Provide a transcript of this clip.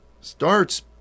starts